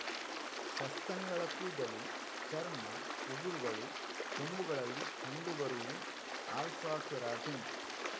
ಸಸ್ತನಿಗಳ ಕೂದಲು, ಚರ್ಮ, ಉಗುರುಗಳು, ಕೊಂಬುಗಳಲ್ಲಿ ಕಂಡು ಬರುದು ಆಲ್ಫಾ ಕೆರಾಟಿನ್